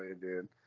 dude